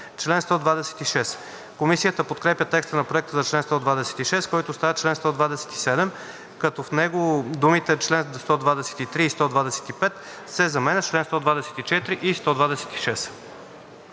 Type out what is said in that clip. чл. 126. Комисията подкрепя текста на Проекта за чл. 126, който става чл. 127, като в него думите „чл. 123 и 125“ се заменят с „чл. 124 и 126“.